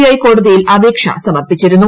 I കോടതിയിൽ അപേക്ഷ സമർപ്പിച്ചിരുന്നു